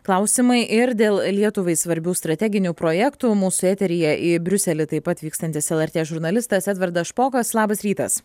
klausimai ir dėl lietuvai svarbių strateginių projektų mūsų eteryje į briuselį taip pat vykstantis lrt žurnalistas edvardas špokas labas rytas